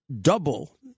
double